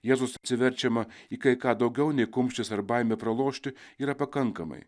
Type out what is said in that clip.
jėzus atsiverčiama į kai ką daugiau nei kumštis ar baimė pralošti yra pakankamai